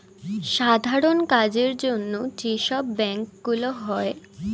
সাধারণ কাজের জন্য যে সব ব্যাংক গুলো হয়